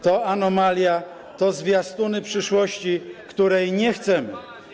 To anomalia, to zwiastuny przyszłości, której nie chcemy.